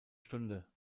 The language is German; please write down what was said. stunde